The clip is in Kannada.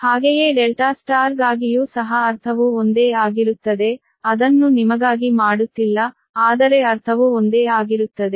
ಹಾಗೆಯೇ ∆ Y ಗಾಗಿಯೂ ಸಹ ಅರ್ಥವು ಒಂದೇ ಆಗಿರುತ್ತದೆ ಅದನ್ನು ನಿಮಗಾಗಿ ಮಾಡುತ್ತಿಲ್ಲ ಆದರೆ ಅರ್ಥವು ಒಂದೇ ಆಗಿರುತ್ತದೆ